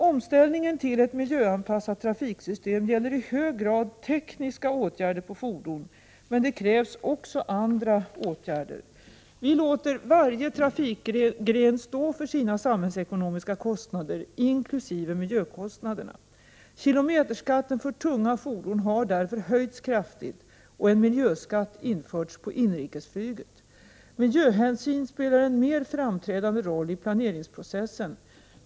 Omställningen till ett miljöanpassat trafiksystem gäller i hög grad tekniska åtgärder på fordon, men det krävs också andra åtgärder. Vi låter varje trafikgren stå för sina samhällsekonomiska kostnader, inkl. miljökostnaderna. Kilometerskatten för tunga fordon har därför höjts kraftigt och en miljöskatt införts på inrikesflyget. Miljöhänsyn spelar en mer framträdande roll i planeringsprocessen.